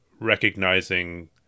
recognizing